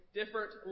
different